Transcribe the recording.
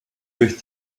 durch